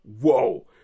whoa